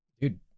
dude